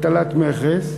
הטלת מכס,